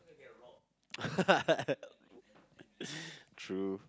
true